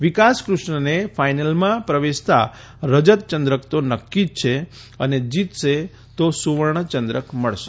વિકાસકૃષ્ણનને ફાઇનલમાં પ્રવેશાં રજતચંદ્રક તો નક્કી જ છે અને જીતશે તો સુવર્ણચંદ્રક મળશે